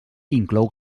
inclou